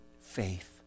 faith